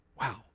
Wow